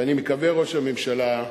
ואני מקווה, ראש הממשלה,